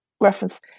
reference